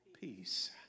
peace